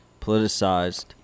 politicized